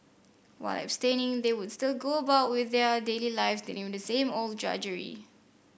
while abstaining they would still go about with their daily lives dealing with the same old drudgery